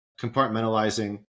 compartmentalizing